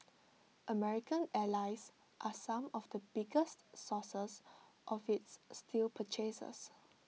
American allies are some of the biggest sources of its steel purchases